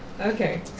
Okay